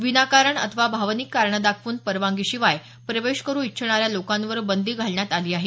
विनाकारण अथवा भावनिक कारणे दाखवून परवानगी शिवाय प्रवेश करू इच्छिणाऱ्या लोकांवर बंदी घालण्यात आली आहे